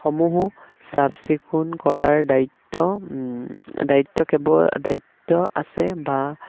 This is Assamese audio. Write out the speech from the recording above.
সমূহো চাফ চিকুণ কৰাৰ দায়িত্ব দায়িত্ব কেৱল দায়িত্ব আছে বা